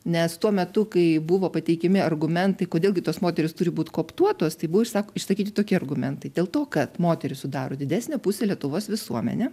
nes tuo metu kai buvo pateikiami argumentai kodėl gi tos moterys turi būti koptuotos tai buvo išsa išsakyti tokie argumentai dėl to kad moterys sudaro didesnę pusę lietuvos visuomenė